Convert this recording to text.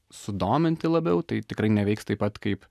sudominti labiau tai tikrai neveiks taip pat kaip